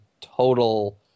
total